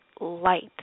light